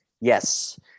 Yes